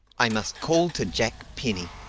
i must call to jack penny.